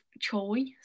choice